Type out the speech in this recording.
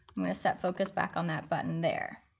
i'm going to set focus back on that button there.